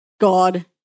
God